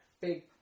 Big